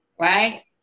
right